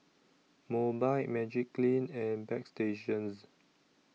Mobike Magiclean and Bagstationz